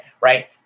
right